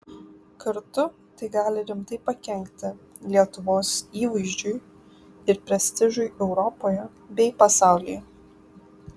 kartu tai gali rimtai pakenkti lietuvos įvaizdžiui ir prestižui europoje bei pasaulyje